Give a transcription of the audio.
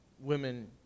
women